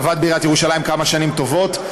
עבד בעיריית ירושלים כמה שנים טובות,